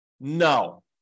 No